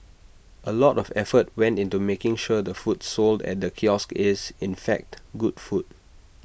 A lot of effort went into making sure the food sold at the kiosk is in fact good food